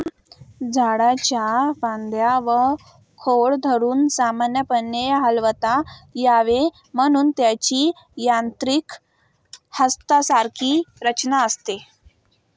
झाडाच्या फांद्या व खोड धरून सामान्यपणे हलवता यावे म्हणून त्याची यांत्रिक हातासारखी रचना असते